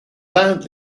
land